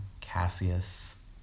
Cassius